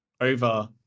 over